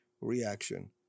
reaction